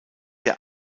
der